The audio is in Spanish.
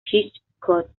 hitchcock